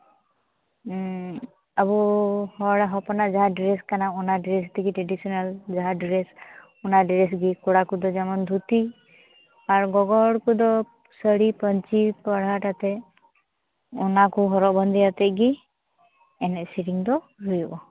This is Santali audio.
ᱟᱵᱚ ᱦᱚᱲ ᱦᱚᱯᱚᱱᱟᱜ ᱡᱟᱦᱟᱸ ᱰᱨᱮᱹᱥ ᱠᱟᱱᱟ ᱚᱱᱟ ᱰᱨᱮᱹᱥ ᱛᱮᱜᱮ ᱴᱨᱮᱰᱤᱥᱚᱱᱟᱞ ᱡᱟᱦᱟᱸ ᱰᱨᱮᱹᱥ ᱚᱱᱟ ᱰᱨᱮᱹᱥ ᱜᱮ ᱠᱚᱲᱟ ᱠᱚᱫᱚ ᱡᱮᱢᱚᱱ ᱫᱷᱩᱛᱤ ᱟᱨ ᱜᱚᱜᱚ ᱦᱚᱲ ᱠᱚᱫᱚ ᱥᱟᱹᱲᱤ ᱯᱟᱹᱧᱪᱤ ᱯᱟᱲᱦᱟᱴᱟᱛᱮ ᱚᱱᱟ ᱠᱚ ᱦᱚᱨᱚᱜ ᱵᱟᱸᱫᱮᱭᱟᱛᱮ ᱜᱮ ᱮᱱᱮᱡ ᱥᱮᱨᱮᱧ ᱫᱚ ᱦᱩᱭᱩᱜᱼᱟ